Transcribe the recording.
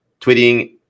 tweeting